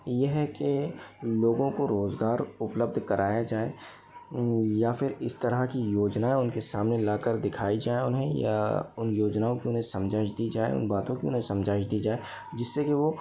ये है कि लोगों को रोजगार उपलब्ध कराया जाए या फिर इस तरह की योजना उनके सामने ला कर दिखाई जाए उन्हें या उन योजनाओं की उन्हें समझा दी जाए उन बातों की उन्हें समझा दी जाए जिससे कि वो